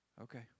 Okay